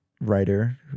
writer